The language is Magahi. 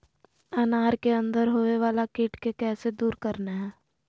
अनार के अंदर होवे वाला कीट के कैसे दूर करना है?